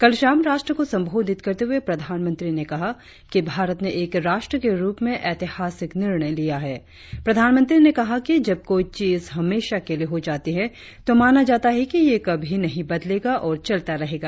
कल शाम राष्ट्र को संबोधित करते हुए प्रधानमंत्री ने कहा कि भारत ने एक राष्ट्र के रुप में ऐतिहासिक निर्णय लिया है प्रधानमंत्री ने कहा कि जब कोई चीज हमेशा के लिये हो जाती है तो माना जाता है कि यह कभी नहीं बदलेगा और चलता रहेगा